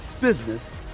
business